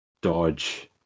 dodge